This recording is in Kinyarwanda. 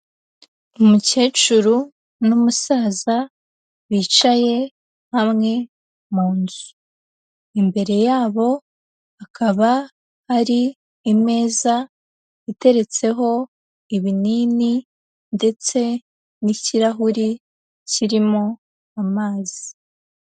Umukecuru n'umusaza bicaye hamwe mu nzu, imbere yabo hakaba hari imeza iteretseho ibinini ndetse n'ikirahuri kirimo amazi.